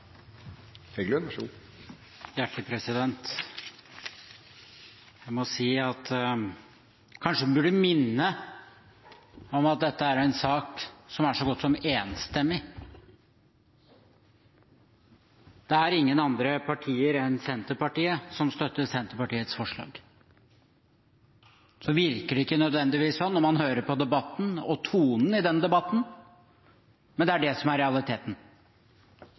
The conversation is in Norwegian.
en sak som er så godt som enstemmig. Det er ingen andre partier enn Senterpartiet som støtter Senterpartiets forslag. Det virker ikke nødvendigvis sånn når man hører på debatten og tonen i denne debatten, men det er det som er realiteten.